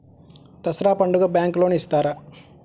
దసరా పండుగ bank loan ఇస్తారా?